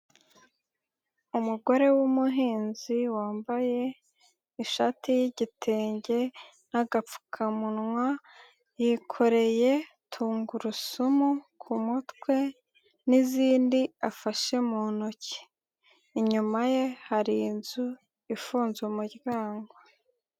Umugore w'umuhinzi wambaye ishati y'igitenge n'agapfukamunwa, yikoreye tungurusumu ku kumutwe n'izindi afashe mu ntoki, inyuma ye hari inzu ifunze umuryango.